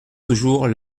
toujours